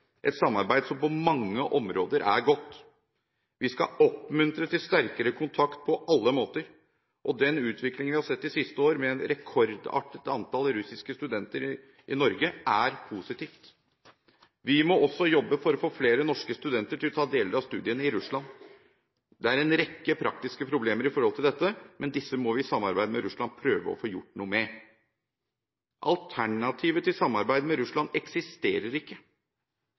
et samarbeid som på mange områder er godt. Vi skal oppmuntre til sterkere kontakt på alle måter, og den utviklingen vi har sett de siste år, med et rekordartet antall russiske studenter i Norge, er positiv. Vi må også jobbe for å få flere norske studenter til å ta deler av studiene i Russland. Det er en rekke praktiske problemer med hensyn til dette, men disse må vi i samarbeid med Russland prøve å få gjort noe med. Alternativet til samarbeid med Russland eksisterer ikke.